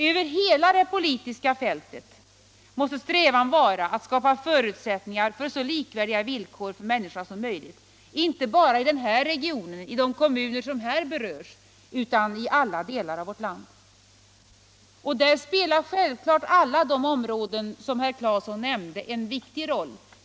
Över hela det politiska fältet måste strävan vara all skapa förutsättningar för så likvärdiga villkor för människorna som möjligt, inte bara i den här regionen, utan i alla delar av vårt land. Där spelar självklart alla de områden herr Claeson nämnde en viktig roll.